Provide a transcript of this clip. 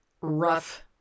rough